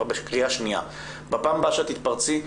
בקריאה שנייה שבפעם הבאה שאת תתפרצי,